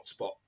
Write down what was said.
Hotspot